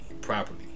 properly